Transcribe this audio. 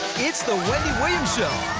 it's the wendy williams show,